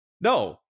No